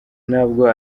ntabwo